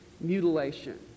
mutilation